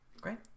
Great